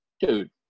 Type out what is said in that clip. Dude